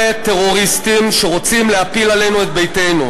אלה טרוריסטים שרוצים להפיל עלינו את ביתנו.